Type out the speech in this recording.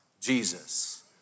Jesus